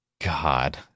God